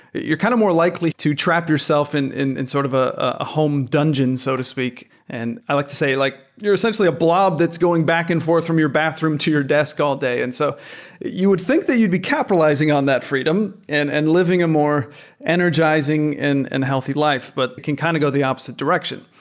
you're kind of more likely to trap yourself in in sort of ah ah home dungeon so to speak. and i like to say, like you're essentially a blob that's going back and forth from your bathroom to your desk all day. and so you would think that you'd be capitalizing on that freedom and and living a more energizing and healthy life, but it can kind of go the opposite direction.